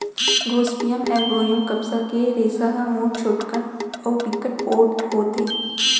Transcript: Gossypium arboreum कपसा के रेसा ह मोठ, छोटकन अउ बिकट पोठ होथे